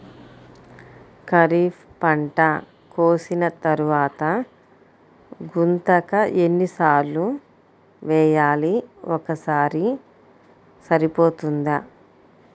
ఖరీఫ్ పంట కోసిన తరువాత గుంతక ఎన్ని సార్లు వేయాలి? ఒక్కసారి సరిపోతుందా?